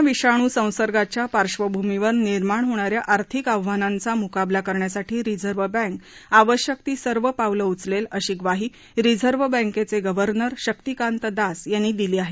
corona विषाणू संसंगाच्या पार्श्वभूमीवर निर्माण होणाऱ्या आर्थिक आव्हानांचा मुकाबला करण्यासाठी रिझर्व्ह बँक आवश्यक ती सर्व पावलं उचलेल अशी ग्वाही रिझर्व्ह बँकेचे गर्व्हनर शक्तिकांत दास यांनी दिली आहे